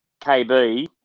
KB